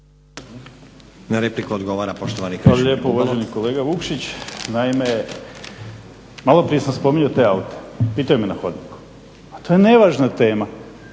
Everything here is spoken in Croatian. Na repliku odgovara poštovani Krešimir Bubalo.